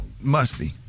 musty